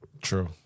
True